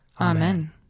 Amen